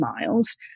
miles